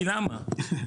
כי למה?